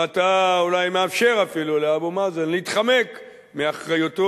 ואתה אולי מאפשר אפילו לאבו מאזן להתחמק מאחריותו